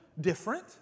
different